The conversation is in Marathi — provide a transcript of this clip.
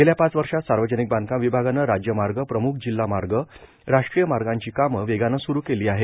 गेल्या पाच वर्षात सार्वजनिक बांधकाम विभागानं राज्य मार्गए प्रम्ख जिल्हा मार्गए राष्ट्रीय मार्गाची कामं वेगानं स्रु केली आहेत